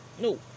no